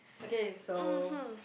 okay so